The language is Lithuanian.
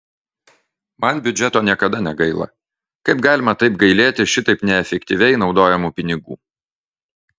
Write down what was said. man biudžeto niekada negaila kaip galima taip gailėti šitaip neefektyviai naudojamų pinigų